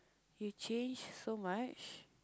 you changed so much